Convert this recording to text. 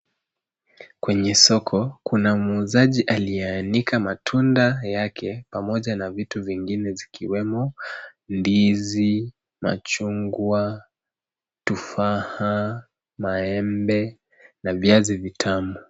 Kwenye soko, kuna muuzaji aliyeanika matunda yake, pamoja na vitu vingine, vikiwemo ndizi, machungwa, tufaa, maembe, na viazi vitamu.